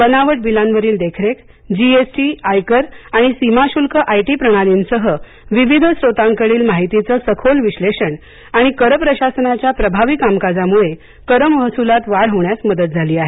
बनावट बिलांवरील देखरेख जी एस टी आयकर आणि सीमाशुल्क आय टी प्रणालींसह विविध स्त्रोतांकडील माहितीचे सखोल विश्लेषण आणि कर प्रशासनाच्या प्रभावी कामकाजामुळे कर महसुलात वाढ होण्यास मदत झाली आहे